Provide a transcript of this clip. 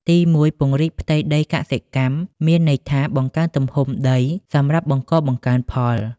ទីមួយ ពង្រីកផ្ទៃដីកសិកម្ម មានន័យថាបង្កើនទំហំដីសម្រាប់បង្កបង្កើនផល។